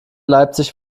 leipzig